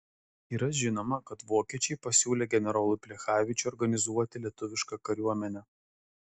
yra žinoma kad vokiečiai pasiūlę generolui plechavičiui organizuoti lietuvišką kariuomenę